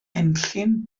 enllyn